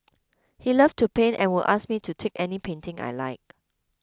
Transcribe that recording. he loved to paint and would ask me to take any painting I liked